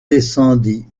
descendit